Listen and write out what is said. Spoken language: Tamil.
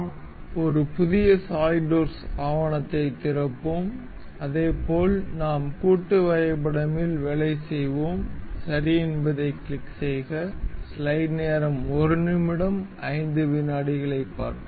நாம் ஒரு புதிய சாலிட்வொர்க்ஸ் ஆவணத்தைத் திறப்போம் அதேபோல் நாம் கூட்டுவரைபடமில் வேலை செய்வோம் சரி என்பதைக் கிளிக் செய்க